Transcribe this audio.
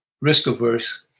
risk-averse